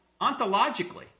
ontologically